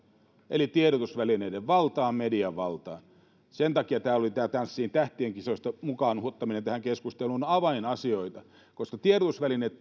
eli tiedotusvälineiden valtaan median valtaan sen takia tämä tanssii tähtien kanssa kisojen mukaan ottaminen tähän keskusteluun oli avainasioita koska tiedotusvälineet